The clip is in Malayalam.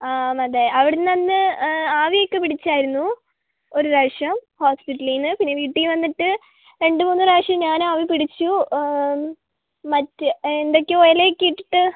അ അതെ അവിടെ നിന്ന് അന്ന് ആവി ഒക്കെ പിടിച്ചായിരുന്നു ഒരു പ്രാവശ്യം ഹോസ്പിറ്റലിൽ നിന്ന് പിന്നെ വീട്ടിൽ വന്നിട്ട് രണ്ടുമൂന്ന് പ്രാവശ്യം ഞാൻ ആവി പിടിച്ചു മറ്റ് എന്തൊക്കെയോ ഇലയൊക്കെ ഇട്ടിട്ട്